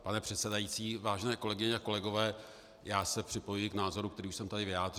Pane předsedající, vážené kolegyně a kolegové, já se připojuji k názoru, který jsem tady vyjádřil.